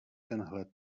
tenhle